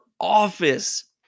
office